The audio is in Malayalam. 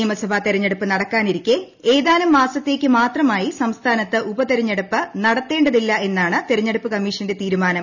നിയമസഭാ തെരഞ്ഞെടുപ്പ് നടക്കാനിരിക്കെ ഏതാനും മാസത്തേക്ക് മാത്രമായി സംസ്ഥാനത്ത് ഉപതെരഞ്ഞെടുപ്പ് നടത്തേണ്ടതില്ലെന്നാണ് തെരഞ്ഞെടുപ്പ് കമ്മിഷന്റെ തീരുമാനം